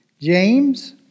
James